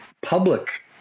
public